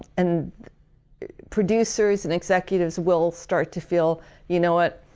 and producers and executives will start to feel you know what,